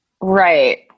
Right